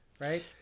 right